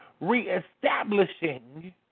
reestablishing